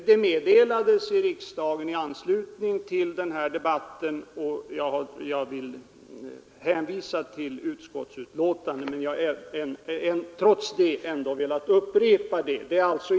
Detta meddelades i riksdagen i anslutning till debatten om de tidigare nämnda motionerna — och jag kan härvidlag hänvisa till utskottsbetänkandet — men jag har trots det velat upprepa vad som då anfördes.